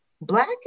Black